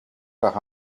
par